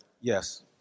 Yes